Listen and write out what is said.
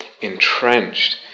entrenched